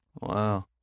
Wow